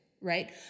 Right